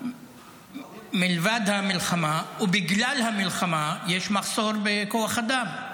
מלבד המלחמה, ובגלל המלחמה, יש מחסור בכוח אדם.